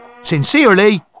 Sincerely